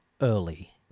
early